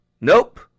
Nope